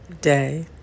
day